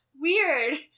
weird